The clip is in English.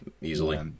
easily